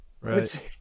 Right